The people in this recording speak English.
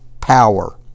power